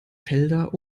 felder